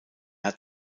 hat